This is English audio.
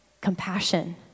Compassion